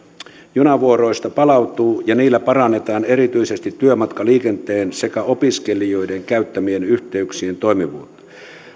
junavuoroista palautuu ja niillä parannetaan erityisesti työmatkaliikenteen sekä opiskelijoiden käyttämien yhteyksien toimivuutta